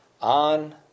on